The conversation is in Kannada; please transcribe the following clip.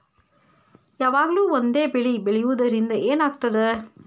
ಯಾವಾಗ್ಲೂ ಒಂದೇ ಬೆಳಿ ಬೆಳೆಯುವುದರಿಂದ ಏನ್ ಆಗ್ತದ?